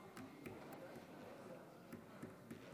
לתיקון דיני